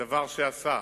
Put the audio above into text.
שעשה.